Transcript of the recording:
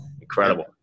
incredible